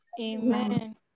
Amen